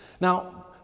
Now